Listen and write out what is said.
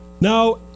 Now